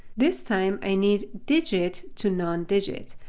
this time, i need digit to non-digit.